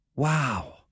wow